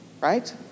Right